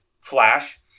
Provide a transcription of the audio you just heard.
flash